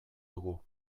dugu